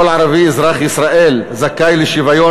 3.(א) כל ערבי אזרח ישראל זכאי לשוויון